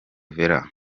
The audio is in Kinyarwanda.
verratti